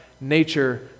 nature